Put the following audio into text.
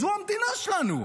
זו המדינה שלנו.